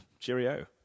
Cheerio